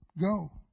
Go